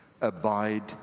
abide